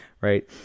right